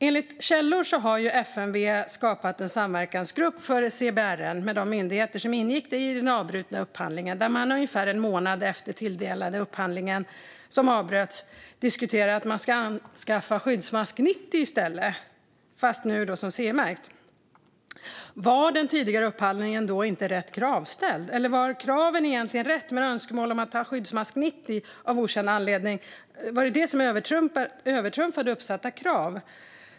Enligt källor har FMV skapat en samverkansgrupp för CBRN med de myndigheter som ingick i den avbrutna upphandlingen, där man ungefär en månad efter att den tilldelade upphandlingen avbrutits diskuterar att återanskaffa Skyddsmask 90 i stället men nu som CE-märkt. Var den tidigare upphandlingen då inte rätt kravställd? Eller var det så att kraven var de rätta men önskemål om att ha Skyddsmask 90 av okänd anledning övertrumfade uppsatta krav?